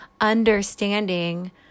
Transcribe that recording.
understanding